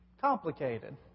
complicated